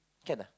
can ah